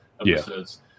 episodes